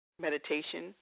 meditation